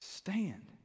stand